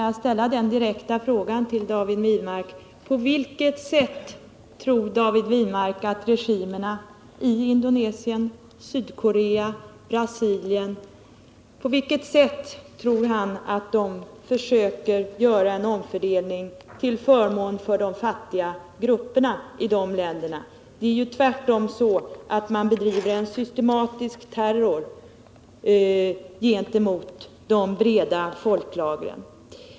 Låt mig ställa den direkta frågan till David Wirmark: På vilket sätt tror David Wirmark att regimerna i Indonesien, Sydkorea och Brasilien försöker göra en omfördelning till förmån för de fattiga grupperna i de länderna? Det är tvärtom så, att dessa regimer bedriver en systematisk terror gentemot de breda folklagren.